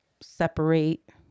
separate